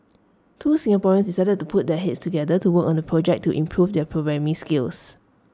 two Singaporeans decided to put their heads together to work on A project to improve their programming skills